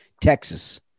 Texas